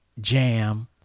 jam